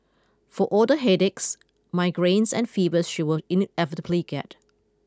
for all the headaches migraines and fevers she will inevitably get